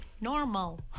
normal